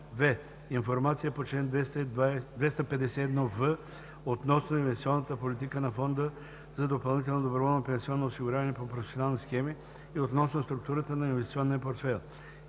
в) информация по чл. 251в относно инвестиционната политика на фонда за допълнително доброволно пенсионно осигуряване по професионални схеми и относно структурата на инвестиционния портфейл;